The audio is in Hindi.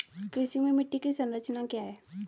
कृषि में मिट्टी की संरचना क्या है?